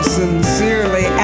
sincerely